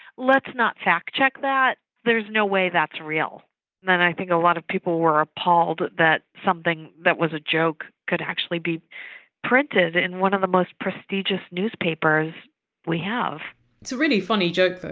let's not fact check that there's no way that's real! plus then i think a lot of people were appalled that something that was a joke could actually be printed in one of the most prestigious newspapers we have. it's a really funny joke though.